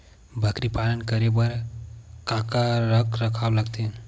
बकरी पालन करे बर काका रख रखाव लगथे?